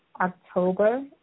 October